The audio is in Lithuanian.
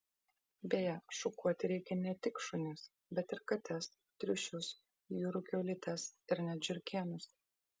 beje šukuoti reikia ne tik šunis bet ir kates triušius jūrų kiaulytes ir net žiurkėnus